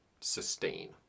sustain